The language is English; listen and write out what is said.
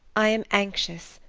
i am anxious,